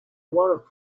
warrant